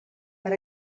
per